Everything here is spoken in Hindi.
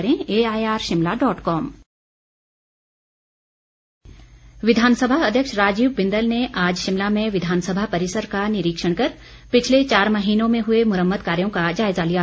बिंदल विधानसभा अध्यक्ष राजीव बिंदल ने आज शिमला में विधानसभा परिसर का निरीक्षण कर पिछले चार महीनों में हुए मुरम्मत कार्यों का जायजा लिया